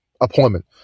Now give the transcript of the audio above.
appointment